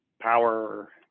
power